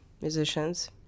musicians